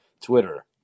Twitter